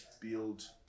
build